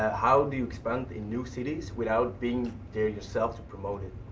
how do you expand in new cities without being there yourself to promote it?